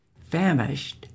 Famished